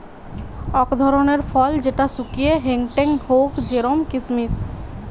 অক ধরণের ফল যেটা শুকিয়ে হেংটেং হউক জেরোম কিসমিস